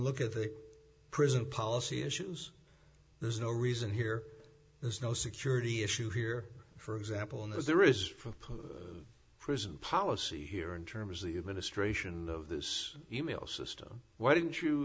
look at the prison policy issues there's no reason here there's no security issue here for example in this there is a prison policy here in terms of the administration of this e mail system why didn't you